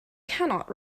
cannot